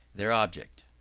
their object.